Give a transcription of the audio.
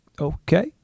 okay